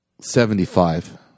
Seventy-five